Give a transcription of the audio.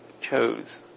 chose